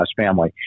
family